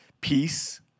peace